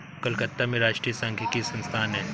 कलकत्ता में राष्ट्रीय सांख्यिकी संस्थान है